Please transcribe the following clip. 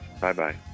Bye-bye